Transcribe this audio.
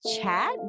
chat